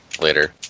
later